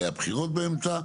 היו בחירות באמצע,